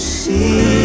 see